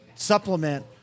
supplement